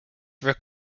were